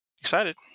excited